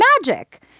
magic